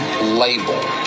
label